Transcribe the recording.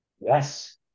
Yes